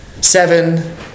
Seven